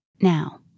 Now